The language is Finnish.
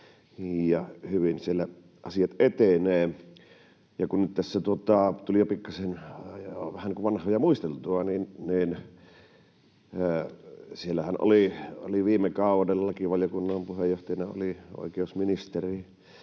hyvin siellä asiat etenevät. Ja kun nyt tässä tuli jo pikkasen vähän niin kuin vanhoja muisteltua, niin siellähän oli viime kaudella lakivaliokunnan puheenjohtajana oikeusministeri